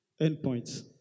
endpoints